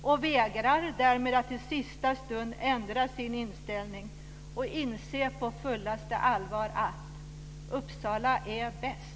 Därmed vägrar man att i sista stund ändra sin inställning och på fullaste allvar inse att Uppsala är bäst.